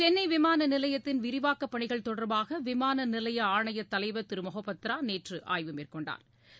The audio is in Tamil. சென்னைவிமானநிலையத்தின் விரிவாக்கப் பணிகள் தொடர்பாகவிமானநிலையஆணையத் தலைவர் திருமொஹபத்ராநேற்றுஆய்வு மேற்கொண்டாா்